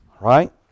right